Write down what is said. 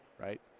right